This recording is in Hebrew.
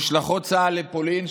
משלחות צה"ל לפולין,